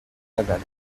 laval